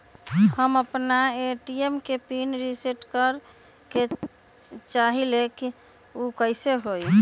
हम अपना ए.टी.एम के पिन रिसेट करे के चाहईले उ कईसे होतई?